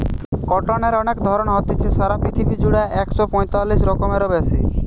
কটনের অনেক ধরণ হতিছে, সারা পৃথিবী জুড়া একশ পয়তিরিশ রকমেরও বেশি